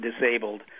Disabled